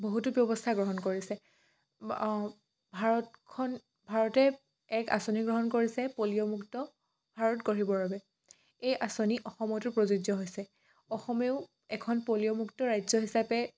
বহুতো ব্যৱস্থা গ্ৰহণ কৰিছে ভাৰতখন ভাৰতে এক আঁচনি গ্ৰহণ কৰিছে পলিঅ' মুক্ত ভাৰত গঢ়িবৰ বাবে এই আঁচনি অসমতো প্ৰযোজ্য হৈছে অসমেও এখন পলিঅ' মুক্ত ৰাজ্য হিচাপে